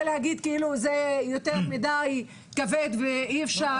להגיד כאילו זה יותר מדי כבד ואי אפשר.